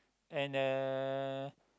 and uh